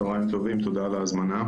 צוהריים טובים, תודה על ההזמנה.